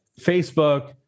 Facebook